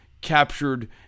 captured